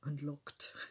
unlocked